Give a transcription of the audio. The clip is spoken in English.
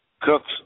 Cooks